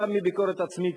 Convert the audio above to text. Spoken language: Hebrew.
גם מביקורת עצמית,